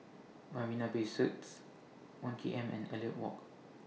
Marina Bay Suites one K M and Elliot Walk